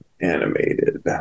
animated